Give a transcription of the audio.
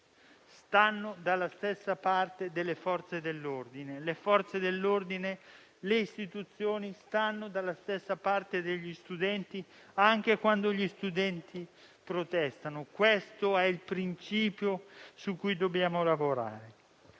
stanno dalla stessa parte delle Forze dell'ordine. Le Forze dell'ordine e le Istituzioni stanno dalla stessa parte degli studenti, anche quando gli studenti protestano. Questo è il principio su cui dobbiamo lavorare.